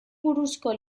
buruzko